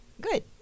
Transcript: good